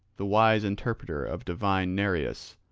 the wise interpreter of divine nereus,